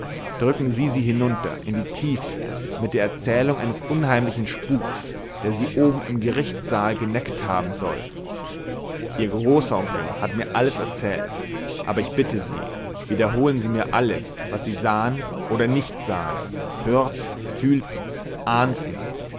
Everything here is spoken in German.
drücken sie sie hinunter in die tiefe mit der erzählung eines unheimlichen spuks der sie oben im gerichtssaal geneckt haben soll ihr großonkel hat mir alles erzählt aber ich bitte sie wiederholen sie mir alles was sie sahen oder nicht sahen hörten fühlten ahnten